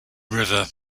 river